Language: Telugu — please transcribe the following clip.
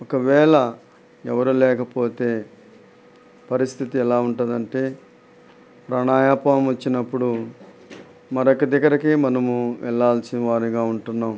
ఒకవేళ ఎవరు లేకపోతే పరిస్థితి ఎలా ఉంటుంది అంటే ప్రాణాపాయం వచ్చినప్పుడు మరొక దగ్గరకి మనము వెళ్ళాల్సిన వారిగా ఉంటున్నాం